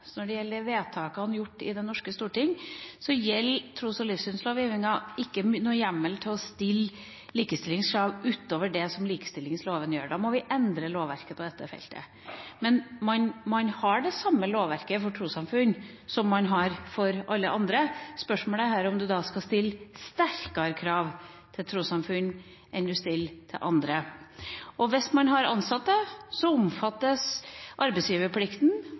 tros- og livssynslovgivningen noen hjemmel for å stille likstillingskrav utover det likestillingsloven gjør. Da må vi endre lovverket på dette feltet. Man har det samme lovverket for trossamfunn som for alle andre. Spørsmålet er om man skal stille strengere krav til trossamfunn enn til andre. Hvis man har ansatte, omfattes man av arbeidsgiverplikten,